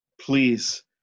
Please